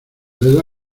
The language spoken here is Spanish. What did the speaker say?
dedos